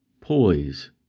Poise